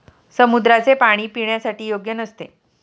समुद्राचे पाणी पिण्यासाठी योग्य नसते